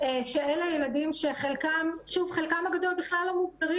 אלה ילדים שחלקם הגדול בכלל לא מוכרים